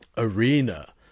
arena